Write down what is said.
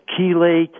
chelate